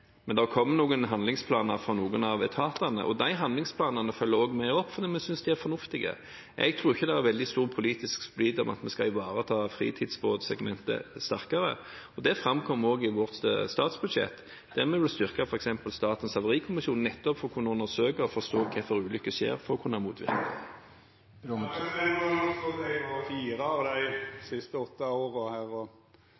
Men det kom noen handlingsplaner fra noen av etatene, og de handlingsplanene følger vi også opp, for vi synes de er fornuftige. Jeg tror ikke det er veldig stor politisk splid om at vi skal ivareta fritidsbåtsegmentet sterkere, og det framkommer også i vårt statsbudsjett, der vi vil styrke f.eks. Statens havarikommisjon, nettopp for å kunne undersøke og forstå hvorfor ulykker skjer, for å kunne motvirke det. No har eg sete her i berre fire av